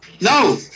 no